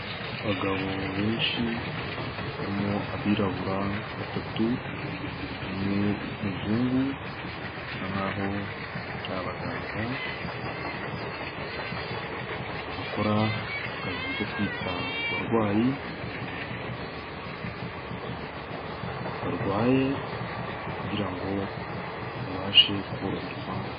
Abagabo benshi barimo abirabura batatu, umwe w' umuzungu basa nkaho ari abaganga bakora akazi ko kwita ku barwayi barwaye kugira ngo babashe koroherwa.